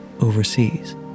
overseas